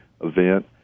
event